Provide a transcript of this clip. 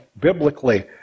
biblically